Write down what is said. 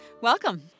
Welcome